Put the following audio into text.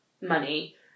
money